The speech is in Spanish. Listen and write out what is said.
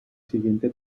siguiente